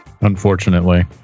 Unfortunately